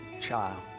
child